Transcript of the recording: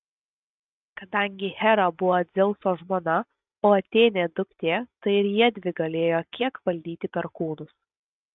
kadangi hera buvo dzeuso žmona o atėnė duktė tai ir jiedvi galėjo kiek valdyti perkūnus